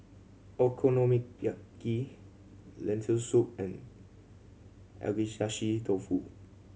Okonomiyaki Lentil Soup and Agedashi Dofu